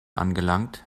angelangt